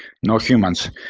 not humans,